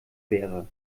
wäre